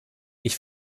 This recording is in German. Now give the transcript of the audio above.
ich